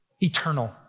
eternal